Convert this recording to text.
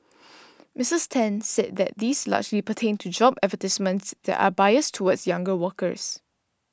Misses Ten said that these largely pertained to job advertisements that are biased towards younger workers